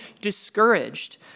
discouraged